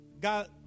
God